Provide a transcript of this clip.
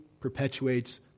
perpetuates